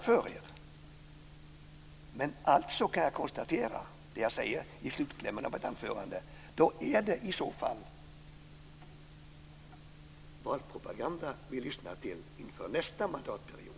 Men jag kan alltså konstatera det jag också sade i slutklämmen i mitt anförande: Då är det i så fall valpropaganda inför nästa mandatperiod vi lyssnar till.